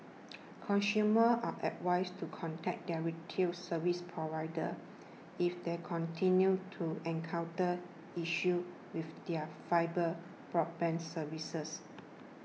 consumers are advised to contact their retail service providers if they continue to encounter issues with their fibre broadband services